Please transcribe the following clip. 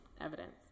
evidence